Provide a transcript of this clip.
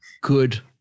good